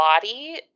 body